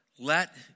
Let